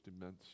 immense